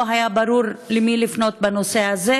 לא היה ברור למי לפנות בנושא הזה,